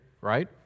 right